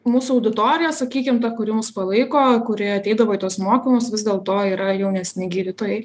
mūsų auditorija sakykim ta kuri mus palaiko kurie ateidavo į tuos mokymus vis dėl to yra jaunesni gydytojai